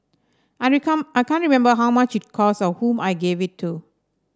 I I can't remember how much it cost or whom I gave it to